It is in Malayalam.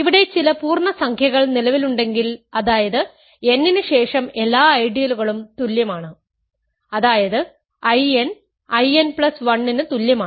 ഇവിടെ ചില പൂർണ സംഖ്യകൾ നിലവിലുണ്ടെങ്കിൽ അതായത് n ന് ശേഷം എല്ലാ ഐഡിയലുകളും തുല്യമാണ് അതായത് In In1 ന് തുല്യമാണ്